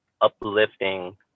uplifting